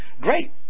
great